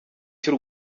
cy’u